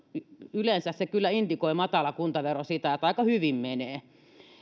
yleensä kyllä matala kuntavero indikoi sitä että aika hyvin menee